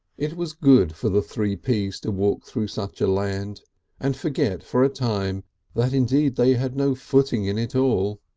it was good for the three ps to walk through such a land and forget for a time that indeed they had no footing in it all,